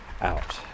out